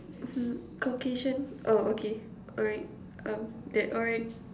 hmm Caucasian oh okay alright um that alright